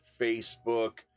Facebook